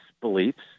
beliefs